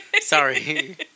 sorry